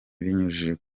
ibinyujije